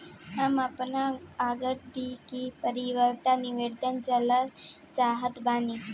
हम आपन आर.डी के परिपक्वता निर्देश जानल चाहत बानी